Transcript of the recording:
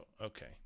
okay